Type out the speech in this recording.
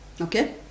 Okay